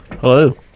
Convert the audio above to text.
hello